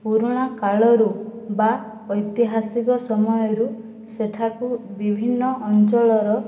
ପୁରୁଣା କାଳରୁ ବା ଐତିହାସିକ ସମୟରୁ ସେଠାକୁ ବିଭିନ୍ନ ଅଞ୍ଚଳର